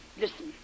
Listen